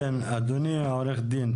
כן, אדוני עורך הדין.